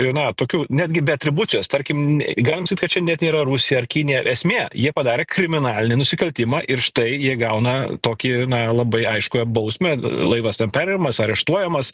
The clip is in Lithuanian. na tokių netgi be atribucijos tarkim galima sakyt kad čia net nėra rusija ar kinija esmė jie padarė kriminalinį nusikaltimą ir štai jie gauna tokį na labai aišką bausmę laivas ten perimamas areštuojamas